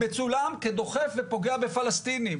מצולם כדוחף ופוגע בפלסטינים.